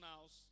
house